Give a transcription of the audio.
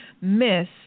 miss